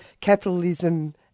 capitalism